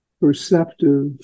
perceptive